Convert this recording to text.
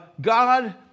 God